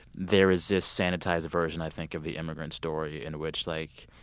there is this sanitized version, i think, of the immigrant story in which like,